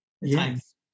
Yes